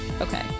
Okay